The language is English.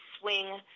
swing